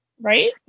right